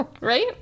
Right